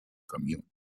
commune